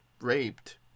raped